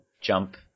jump